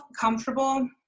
comfortable